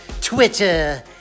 twitter